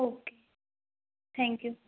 okay thank you